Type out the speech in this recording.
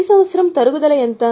ప్రతి సంవత్సరం తరుగుదల ఎంత